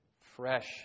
fresh